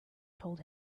told